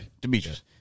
Demetrius